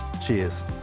Cheers